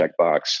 checkbox